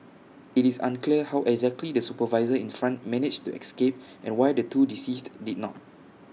IT is unclear how exactly the supervisor in front managed to escape and why the two deceased did not